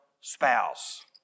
spouse